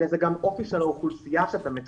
לך אלא זה גם עניין של אופי האוכלוסייה בה אתה מטפל